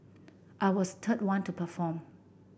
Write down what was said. I was third one to perform